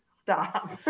Stop